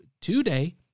today